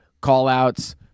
call-outs